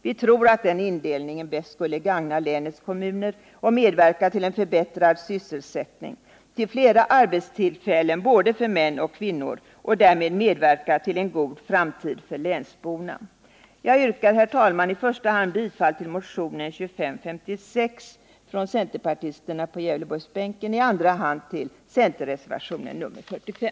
Vi troratt den indelningen bäst skulle gagna länets kommuner och medverka till en förbättrad sysselsättning, till flera arbetstillfällen både för män och kvinnor och därmed till en god framtid för länsborna. Jag yrkar, herr talman, i första hand bifall till motionen 2556 från centerpartisterna på Gävleborgsbänken och i andra hand bifall till centerreservationen 45.